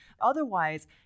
Otherwise